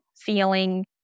feeling